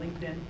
LinkedIn